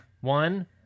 One